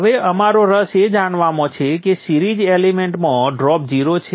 હવે અમારો રસ એ જોવામાં છે કે સિરીઝ એલિમેન્ટ માં ડ્રોપ 0 છે